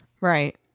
Right